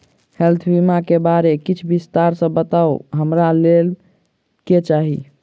Health बीमा केँ बारे किछ विस्तार सऽ बताउ हमरा लेबऽ केँ छयः?